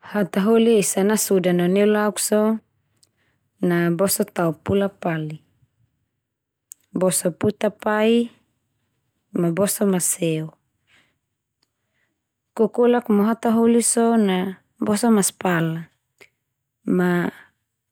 Hataholi esa nasoda no neu neulauk so, na boso tao pula-pali. Boso puta pai, ma boso maseo. Kokolak mo hataholi so na boso maspala. Ma